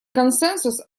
консенсус